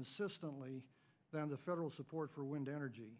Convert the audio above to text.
consistently than the federal support for wind energy